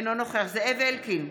אינו נוכח זאב אלקין,